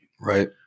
Right